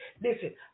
listen